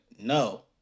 no